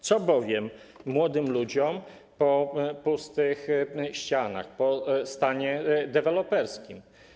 Co bowiem młodym ludziom po pustych ścianach, po stanie deweloperskim?